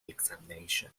examination